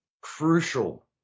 crucial